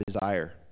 desire